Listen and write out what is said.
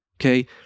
okay